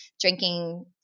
drinking